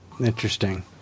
Interesting